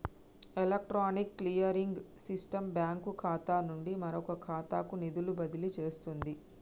electronic clearing system bank ఖాతా నుండి మరొక ఖాతాకు నిధులు బదిలీ చేస్తుంది